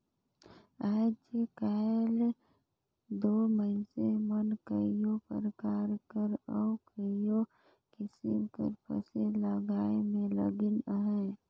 आएज काएल दो मइनसे मन कइयो परकार कर अउ कइयो किसिम कर फसिल उगाए में लगिन अहें